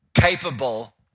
capable